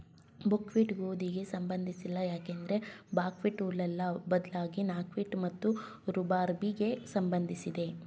ಬಕ್ wheat ಗೋಧಿಗೆ ಸಂಬಂಧಿಸಿಲ್ಲ ಯಾಕಂದ್ರೆ ಬಕ್ಹ್ವೀಟ್ ಹುಲ್ಲಲ್ಲ ಬದ್ಲಾಗಿ ನಾಟ್ವೀಡ್ ಮತ್ತು ರೂಬಾರ್ಬೆಗೆ ಸಂಬಂಧಿಸಿದೆ